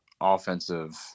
offensive